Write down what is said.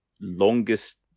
longest